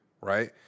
right